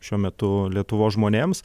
šiuo metu lietuvos žmonėms